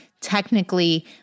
technically